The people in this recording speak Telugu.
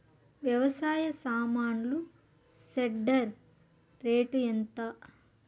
వ్యవసాయ సామాన్లు షెడ్డర్ రేటు ఎంత?